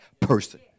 person